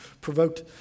provoked